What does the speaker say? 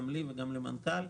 גם לי וגם למנכ"ל,